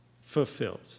fulfilled